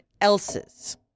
else's